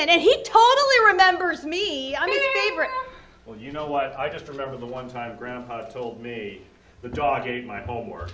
totally remembers me well you know what i just remember the one time grandpa told me the dog ate my homework